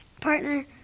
partner